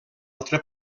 altra